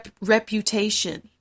reputation